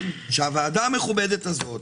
שהוועדה המכובדת הזאת,